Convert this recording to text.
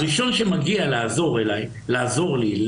הראשון שמגיע לעזור לי בשמירה,